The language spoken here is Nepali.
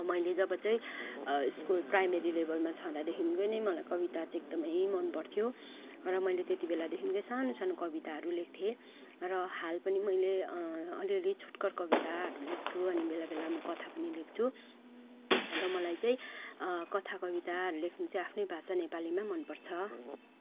मैले जब चाहिँ स्कुल प्राइमेरी लेभलमा छँदादेखिको नै मलाई कविता चाहिँ एकदमै मनपर्थ्यो र मैले त्यति बेलादेखिकै सानो सानो कविताहरू लेख्थेँ र हाल पनि मैले अलिअलि छुटकर कविताहरू लेख्छु अनि बेला बेला म कथा पनि लेख्छु र मलाई चाहिँ कथा कविताहरू लेख्नु चाहिँ आफ्नै भाषा नेपालीमा मनपर्छ